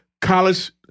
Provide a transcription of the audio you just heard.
college